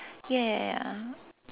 ya ya ya